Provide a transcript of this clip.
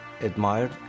admired